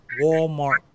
Walmart